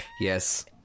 Yes